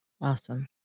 Awesome